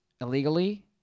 illegally